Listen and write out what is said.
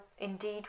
indeed